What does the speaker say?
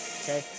okay